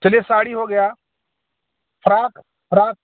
चलिए साड़ी हो गया फ्राक फ्राक